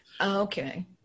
Okay